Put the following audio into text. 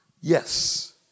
Yes